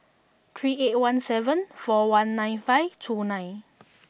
three eight one seven four one nine five two nine